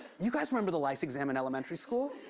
you guys remember the lice exam in elementary school?